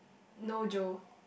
no Joe